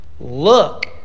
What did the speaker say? Look